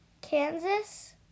Kansas